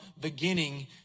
beginning